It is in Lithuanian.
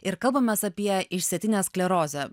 ir kalbamės apie išsėtinę sklerozę